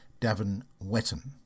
Davin-Wetton